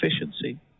efficiency